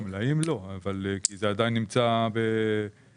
כי זה עדיין נמצא במחסנים.